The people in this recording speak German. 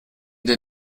der